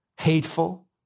hateful